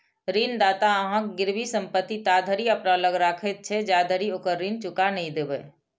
ऋणदाता अहांक गिरवी संपत्ति ताधरि अपना लग राखैत छै, जाधरि ओकर ऋण चुका नहि देबै